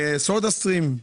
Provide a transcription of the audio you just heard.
גם סודה סטרים.